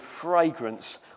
fragrance